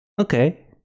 Okay